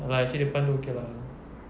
no lah actually depan itu okay lah